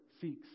seeks